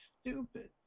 stupid